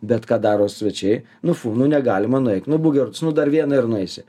bet ką daro svečiai nu fu nu negalima nueik nu būk gerutis nu dar vieną ir nueisi